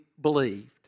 believed